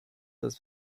des